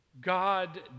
God